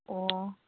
ꯑꯣ